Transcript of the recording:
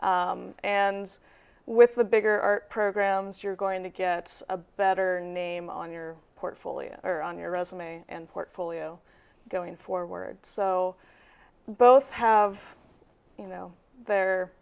and with the bigger our programs you're going to get a better name on your portfolio or on your resume and portfolio going forward so both have you know the